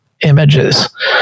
images